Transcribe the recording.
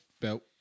belt